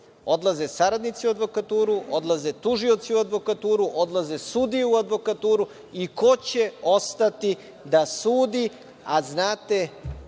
Odlaze saradnici u advokaturu, odlaze tužioci u advokaturu, odlaze sudije u advokaturu i ko će ostati da sudi, a znate